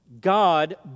God